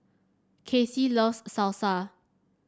Kassie loves Salsa